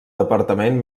departament